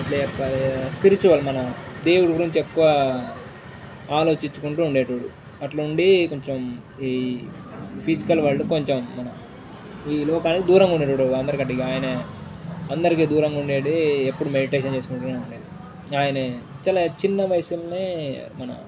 spiritual మన దేవుడి గురించి ఎక్కువ ఆలోచించుకుంటూ ఉండేటోడు అట్లుండి కొంచెం ఈ ఫిజికల్ వరల్డ్ కొంచెం మన ఈ లోకానికి దూరంగా ఉండేటివోడు అందరికంటే ఆయన అందరికీ దూరంగా ఉండి ఎప్పుడు మెడిటేషన్ చేసుకుంటూనే ఉండేవాడు ఆయన చాల చిన్న వయసులోనే మన